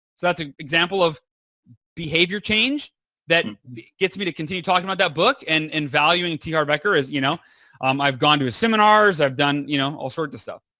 that's an example of behavior change that gets me to continue talking about that book and and valuing t. harv eker as you know um i've gone to his seminars. i've done you know all sorts of stuff.